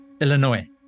Illinois